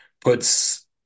puts